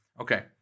okay